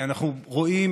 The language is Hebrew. אנחנו רואים את התגובה,